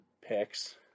picks